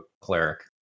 cleric